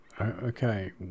Okay